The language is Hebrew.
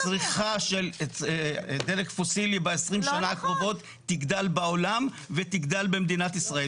הצריכה של דלק פוסילי ב-20 שנה הקרובות תגדל בעולם ותגדל במדינת ישראל.